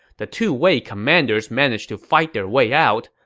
the two wei commanders managed to fight their way out,